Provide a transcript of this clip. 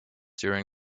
during